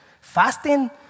Fasting